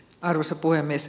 arvoisa puhemies